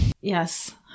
Yes